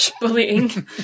bullying